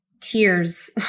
tears